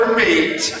meet